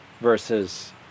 versus